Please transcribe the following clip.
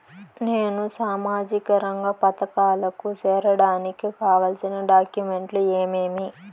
నేను సామాజిక రంగ పథకాలకు సేరడానికి కావాల్సిన డాక్యుమెంట్లు ఏమేమీ?